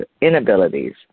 inabilities